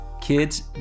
kids